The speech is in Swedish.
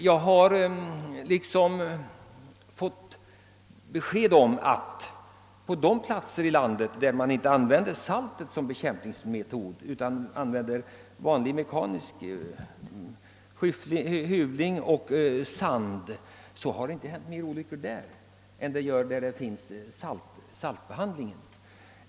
Jag vet att det på de platser i landet, där man inte använder saltet som halkbekämpningsmedel utan sand, där har inte hänt fler olyckor än där det förekommer saltbehandling.